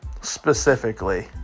Specifically